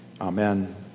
Amen